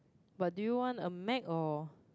but do you want a Mac or